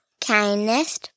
kindness